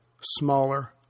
smaller